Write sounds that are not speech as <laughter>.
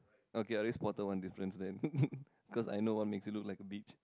okay at least quarter one difference then <laughs> because I know what makes it look like a beach